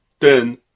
ten